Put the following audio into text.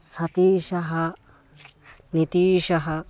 सतीशः नितीशः